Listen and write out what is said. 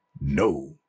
no